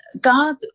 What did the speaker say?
God